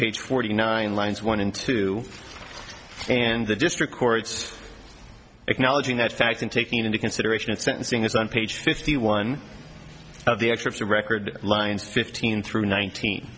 page forty nine lines one in two and the district courts acknowledging that fact and taking into consideration at sentencing is on page fifty one of the excerpts of record lines fifteen through nineteen